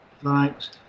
thanks